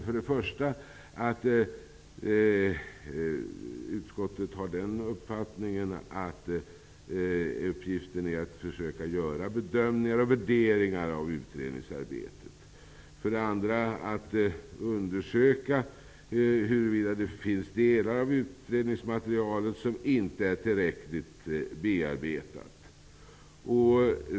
För det första har utskottet uppfattningen att uppgiften är att försöka göra bedömningar och värderingar av utredningsarbetet. För det andra är uppgiften att undersöka huruvida det finns delar av utredningsmaterialet som inte är tillräckligt bearbetat.